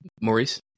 Maurice